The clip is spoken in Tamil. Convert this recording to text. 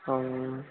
ஆ ஆ